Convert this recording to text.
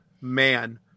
man